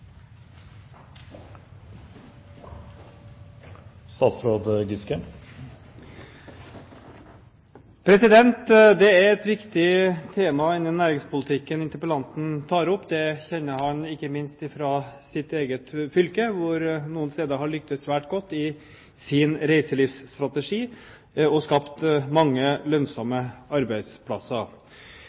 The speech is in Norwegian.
Det er et viktig tema innen næringspolitikken interpellanten tar opp. Det kjenner han ikke minst fra sitt eget fylke hvor man noen steder har lyktes svært godt i sin reiselivsstrategi og skapt mange lønnsomme arbeidsplasser.